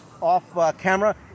off-camera